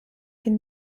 fin